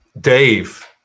Dave